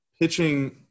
pitching